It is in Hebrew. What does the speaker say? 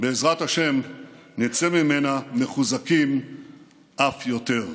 בעזרת השם נצא ממנה מחוזקים אף יותר.